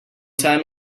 time